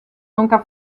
nunca